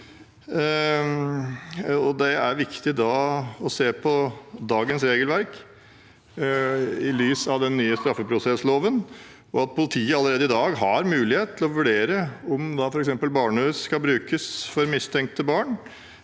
det er viktig da å se på dagens regelverk i lys av den nye straffeprosessloven. Politiet har allerede i dag mulighet til å vurdere om f.eks. barnehus skal brukes for mistenkte barn,